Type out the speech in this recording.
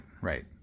right